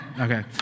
Okay